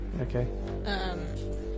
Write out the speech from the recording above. Okay